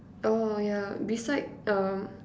oh yeah beside um